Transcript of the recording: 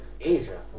Asia